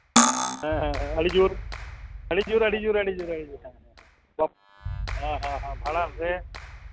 ᱦᱮᱸ ᱦᱮᱸ ᱟᱹᱰᱤ ᱡᱳᱨ ᱟᱹᱰᱤ ᱡᱳᱨ ᱟᱹᱰᱤ ᱡᱳᱨ ᱟᱹᱰᱤ ᱡᱳᱨ ᱦᱮᱸ ᱦᱮᱸ ᱵᱷᱟᱲᱟ ᱥᱮ